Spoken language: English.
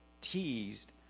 teased